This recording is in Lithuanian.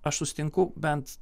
aš susitinku bent